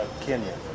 Kenya